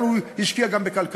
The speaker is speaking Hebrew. אבל הוא השקיע גם בכלכלה,